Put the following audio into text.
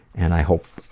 and i hope